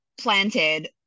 planted